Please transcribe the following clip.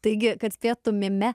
taigi kad spėtumėme